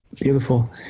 Beautiful